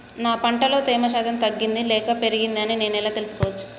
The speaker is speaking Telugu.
నా పంట లో తేమ శాతం తగ్గింది లేక పెరిగింది అని నేను ఎలా తెలుసుకోవచ్చు?